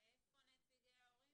איפה נציגי הורים|?